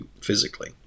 physically